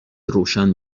روشن